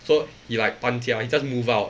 so he like 搬家 he just move out